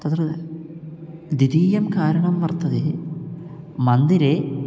तत्र द्वितीयं कारणं वर्तते मन्दिरे